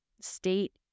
state